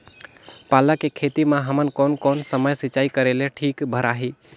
पाला के खेती मां हमन कोन कोन समय सिंचाई करेले ठीक भराही?